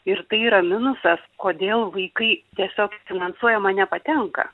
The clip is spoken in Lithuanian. ir tai yra minusas kodėl vaikai tiesiog finansuojamą nepatenka